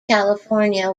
california